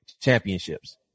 championships